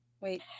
Wait